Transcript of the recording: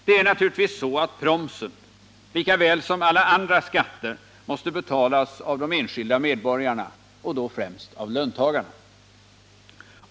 Det är naturligtvis så att promsen, lika väl som alla andra skatter, måste betalas av de enskilda medborgarna och då främst av löntagarna.